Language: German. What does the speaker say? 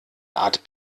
art